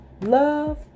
love